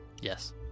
Yes